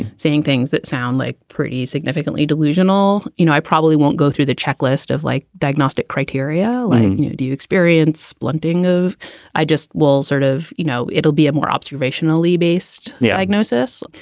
saying things that sound like pretty significantly delusional. you know, i probably won't go through the checklist of like diagnostic criteria, like. do you experience splinting of i just wool's sort of you know, it'll be a more observationally based diagnosis.